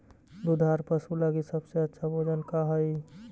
दुधार पशु लगीं सबसे अच्छा भोजन का हई?